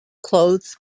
clothes